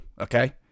Okay